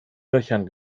löchern